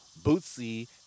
Bootsy